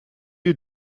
you